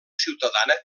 ciutadana